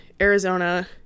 Arizona